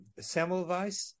Semmelweis